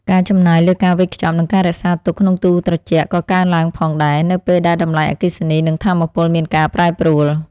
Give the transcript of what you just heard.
ការចំណាយលើការវេចខ្ចប់និងការរក្សាទុកក្នុងទូរត្រជាក់ក៏កើនឡើងផងដែរ នៅពេលដែលតម្លៃអគ្គិសនីនិងថាមពលមានការប្រែប្រួល។